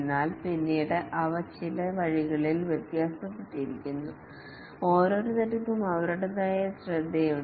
എന്നാൽ പിന്നീട് അവ ചില വഴികളിൽ വ്യത്യാസപ്പെട്ടിരിക്കുന്നു ഓരോരുത്തർക്കും അവരുടേതായ ശ്രദ്ധയുണ്ട്